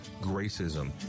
Gracism